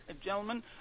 gentlemen